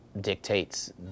dictates